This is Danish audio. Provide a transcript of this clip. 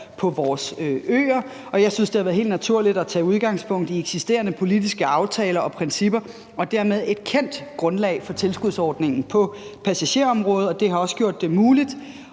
på vores øer. Jeg synes, det har været helt naturligt at tage udgangspunkt i eksisterende politiske aftaler og principper og dermed et kendt grundlag for tilskudsordningen på passagerområdet, og det har også gjort det muligt